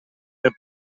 del